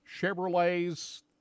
Chevrolet's